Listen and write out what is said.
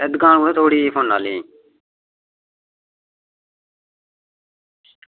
एह् दुकान कुत्थें थुआढ़ी एह् फोनै आह्ली